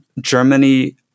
Germany